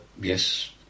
yes